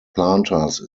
planters